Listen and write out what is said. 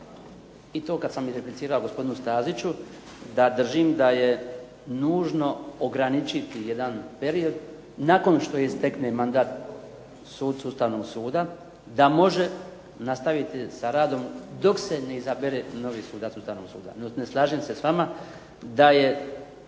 i to kad sam izreplicirao gospodinu Staziću da držim da je nužno ograničiti jedan period nakon što istekne mandat sucu Ustavnog suda da može nastaviti sa radom dok se ne izabere novi sudac Ustavnog suda. No, ne slažem se s vama da je